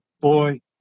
boy